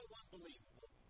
unbelievable